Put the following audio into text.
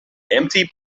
empty